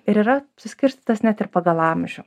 ir yra suskirstytas net ir pagal amžių